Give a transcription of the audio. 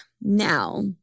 now